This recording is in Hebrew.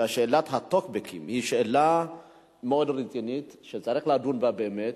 ששאלת הטוקבקים היא שאלה מאוד רצינית שצריך לדון בה באמת.